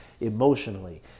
emotionally